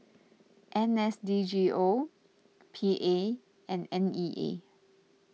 N S D G O P A and N E A